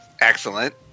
Excellent